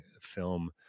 film